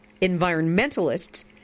environmentalists